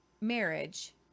marriage